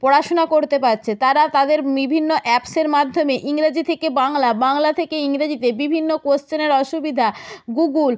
পড়াশুনা করতে পারছে তারা তাদের বিভিন্ন অ্যাপসের মাধ্যমে ইংরেজি থেকে বাংলা বাংলা থেকে ইংরেজিতে বিভিন্ন কোয়েশ্চেনের অসুবিধা গুগল